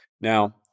Now